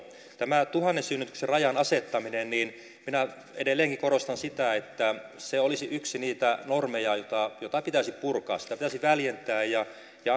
tämä tuhannen synnytyksen rajan asettaminen minä edelleenkin korostan sitä että se olisi yksi niitä normeja joita pitäisi purkaa sitä pitäisi väljentää ja